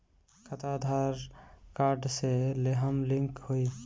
खाता आधार कार्ड से लेहम लिंक होई?